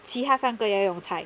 其他三个要用猜